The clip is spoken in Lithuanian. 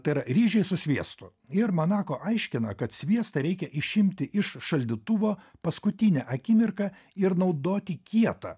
tai yra ryžiai su sviestu ir manako aiškina kad sviestą reikia išimti iš šaldytuvo paskutinę akimirką ir naudoti kietą